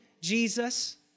Jesus